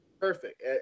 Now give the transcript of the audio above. perfect